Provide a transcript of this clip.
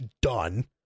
done